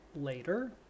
later